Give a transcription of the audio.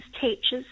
teachers